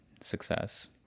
success